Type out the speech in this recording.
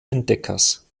entdeckers